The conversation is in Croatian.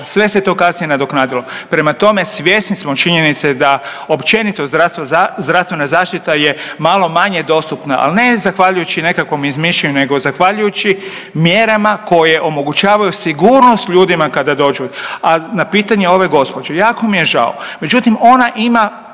sve se to kasnije nadoknadilo. Prema tome, svjesni smo činjenice da općenito zdravstvena zaštita je malo manje dostupna, ali ne zahvaljujući nekakvom izmišljanju nego zahvaljujući mjerama koje omogućavaju sigurnost ljudima kada dođu. A na pitanje ove gospođe, jako mi je žao. Međutim, ona ima